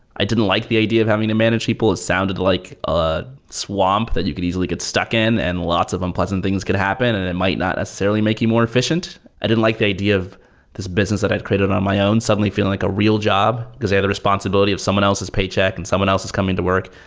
i didn't like the idea of having to manage people. it sounded like ah swamp that you could easily get stuck in and lots of unpleasant things could happen and it might not necessarily make you more efficient. i didn't like the idea of this business that i've created on my own suddenly feeling like a real job, because i have the responsibility of someone else's paycheck and someone else is coming to work.